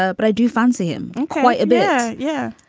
ah but i do fancy him quite a bit. yeah.